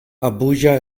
abuja